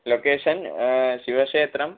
location ശിവക്ഷേത്രം